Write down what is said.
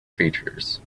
features